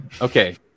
Okay